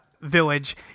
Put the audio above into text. village